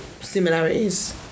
similarities